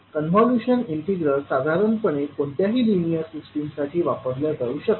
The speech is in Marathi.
तर कॉन्व्होल्यूशन इंटिग्रल साधारणपणे कोणत्याही लिनियर सिस्टीमसाठी वापरल्या जाऊ शकते